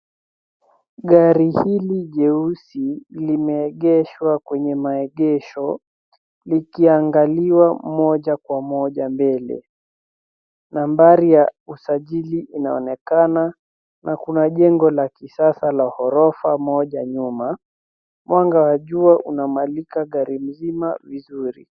Gari hili jeusi, limeegeshwa kwenye maegesho, likiangalia moja kwa moja mbele. Nambari ya usajili inaonekana na kuna jengo la kisasa la ghorofa moja nyuma. Mwanga la jua unamulika gari mzima vizuri.